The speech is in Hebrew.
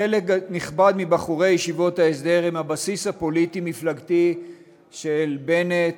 חלק נכבד מבחורי ישיבות ההסדר הם הבסיס הפוליטי-מפלגתי של בנט